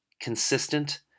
consistent